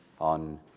on